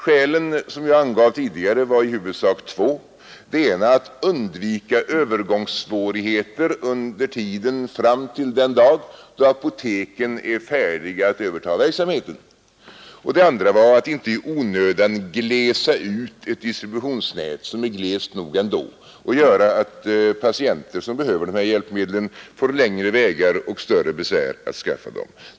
Skälen som jag angav tidigare var i huvudsak två: det ena att undvika övergångssvårigheter under tiden fram till den dag då apoteken är färdiga att överta verksamheten, det andra att inte i onödan glesa ut ett distributionsnät, som är glest nog ändå, och göra att patienter som behöver de här hjälpmedlen får längre vägar och större besvär att skaffa dem.